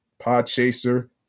Podchaser